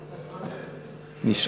מוותר.